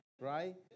right